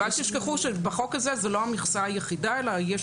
אל תשכחו שבחוק הזה זאת לא המכסה היחידה